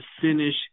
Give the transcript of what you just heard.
finish